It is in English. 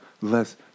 less